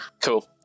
Cool